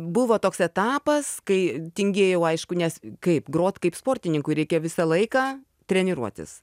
buvo toks etapas kai tingėjau aišku nes kaip grot kaip sportininkui reikia visą laiką treniruotis